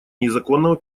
незаконного